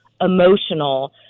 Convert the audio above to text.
emotional